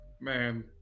Man